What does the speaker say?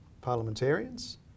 parliamentarians